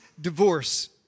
divorce